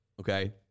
Okay